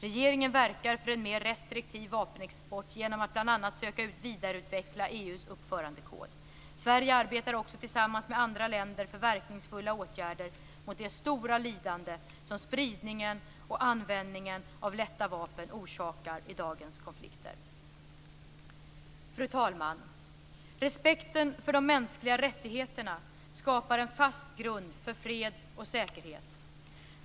Regeringen verkar för en mer restriktiv vapenexport genom att bl.a. söka vidareutveckla EU:s uppförandekod. Sverige arbetar också tillsammans med andra länder för verkningsfulla åtgärder mot det stora lidande som spridningen och användningen av lätta vapen orsakar i dagens konflikter. Fru talman! Respekten för de mänskliga rättigheterna skapar en fast grund för fred och säkerhet.